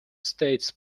states